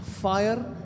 Fire